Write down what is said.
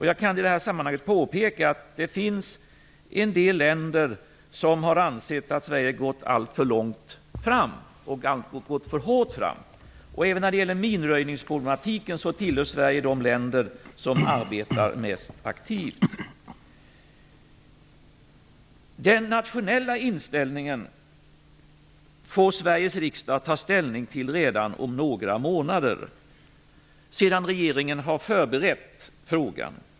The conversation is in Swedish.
Jag kan i sammanhanget påpeka att det finns en del länder som har ansett att Sverige har gått alltför långt och alltför hårt fram. Även när det gäller minröjningsproblematiken tillhör Sverige de länder som arbetar mest aktivt. Den nationella inställningen får Sveriges riksdag ta ställning till redan om några månader, sedan regeringen har förberett frågan.